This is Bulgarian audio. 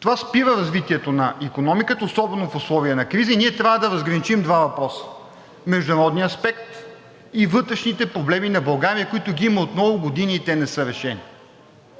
Това спира развитието на икономиката особено в условията на криза и ние трябва да разграничим два въпроса – международния аспект и вътрешните проблеми на България, които ги има от много години и те не са решени.